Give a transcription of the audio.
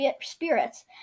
spirits